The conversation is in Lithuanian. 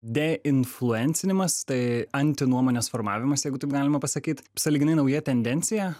deinfluenceriai tai anti nuomonės formavimas jeigu taip galima pasakyt sąlyginai nauja tendencija